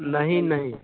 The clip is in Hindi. नहीं नहीं